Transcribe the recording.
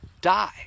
die